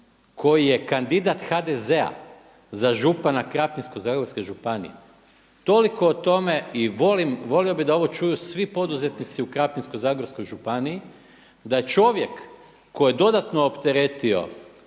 koji je kandidat HDZ-a za župana Krapinsko-zagorske županije. Toliko o tome i volio bih da ovo čuju svi poduzetnici u Krapinsko-zagorskoj županiji, da čovjek koji je dodatno opteretio